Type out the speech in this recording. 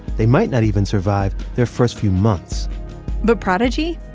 they might not even survive their first few months but prodigy?